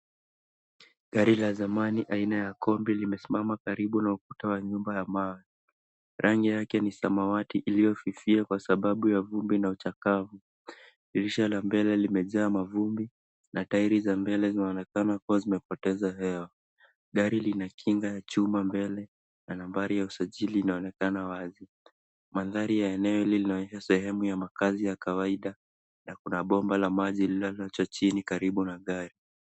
Gari la zamani aina ya kombi limesmama karibu na ukuta wa nyumba ya mawe. Rangi yake ni samawati ilio fifia kwa sababu ya vumbi na uchakavu. Dirisha la mbele limejaa mavumbi na tairi za mbele zinaonekana kuwa zimepoteza hewa. Gari linakinga ya chuma mbele na nambari ya usajili inaonekana wazi. Mandhari ya eneo hili linaonyesha sehemu ya makazi ya kawaida na kuna bomba la maji ilio lazwa chini karibu na gari.